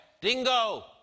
Dingo